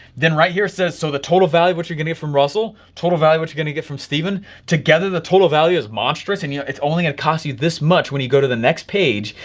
then right here it says so the total value what you're getting from russell, total value, what you're gonna get from steven together, the total value is monstrous. and you know, it's only a cost you this much when you go to the next page,